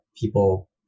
people